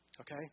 Okay